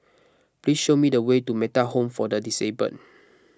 please show me the way to Metta Home for the Disabled